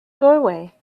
doorway